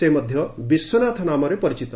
ସେ ମଧ୍ୟ ବିଶ୍ୱନାଥ ନାମରେ ପରିଚିତ